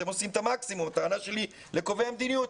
אתם עושים את המקסימום אבל הטענה שלי היא אל קובעי המדיניות,